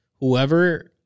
whoever